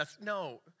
No